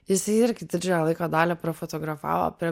jisai irgi didžiąją laiko dalį prafotografavo prie